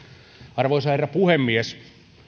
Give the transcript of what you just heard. arvoisa herra puhemies